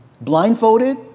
blindfolded